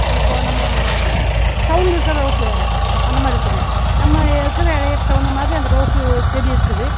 இப்போது நம்ம டவுனில் இருக்கிற ரோஸ் வேறு அந்த மாதிரி இருக்குது நம்ம இருக்கிற ஏரியாவுக்கு தகுந்த மாதிரி அந்த ரோஸு செடி இருக்குது